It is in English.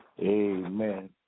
Amen